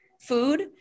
food